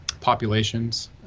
populations